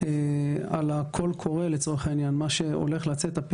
על הקול קורא - הפרסום שהולך לצאת.